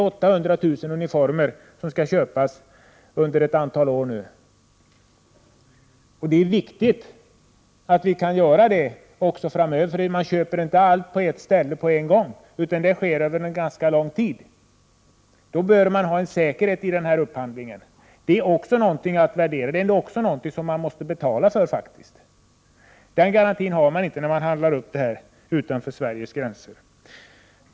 800 000 uniformer skall upphandlas under ett antal år. Det är viktigt att denna upphandling kan ske även framöver. Allt köps inte på samma ställe och på en gång utan över en ganska lång tid. Då bör det finnas en säkerhet i upphandlingen. Det är också något som man bör värdera och som man faktiskt får betala för. Denna garanti finns inte när upphandlingen sker utanför Sveriges gränser.